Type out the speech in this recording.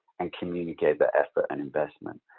and communicate that effort and investment.